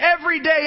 everyday